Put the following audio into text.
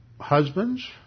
husbands